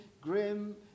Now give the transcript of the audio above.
grim